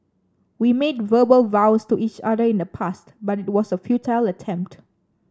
we made verbal vows to each other in the past but it was a futile attempt